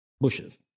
bushes